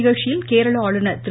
நிகழ்ச்சியில் கேரள ஆளுநர் திரு